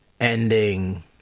ending